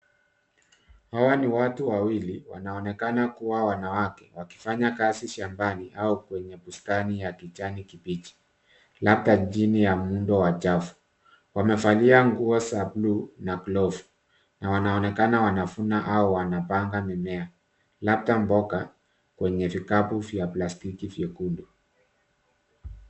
Hawa ni watu wawili wanaonekana kuwa wanawake wakifanya kazi shambani au kwenye bustani ya kijani kibichi ,labda chini ya muundo wa javu wamevalia nguo za buluu na glovu ,wanaonekana wanavuna wanapanga mimea labda mboga kwenye vikapu vya plastiki vyekundu.